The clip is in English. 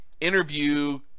Interview